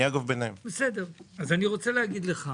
אז אני רוצה להגיד לך,